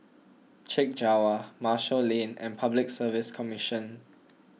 Chek Jawa Marshall Lane and Public Service Commission